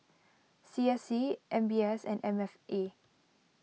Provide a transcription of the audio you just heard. C S C M B S and M F A